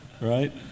Right